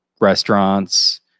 restaurants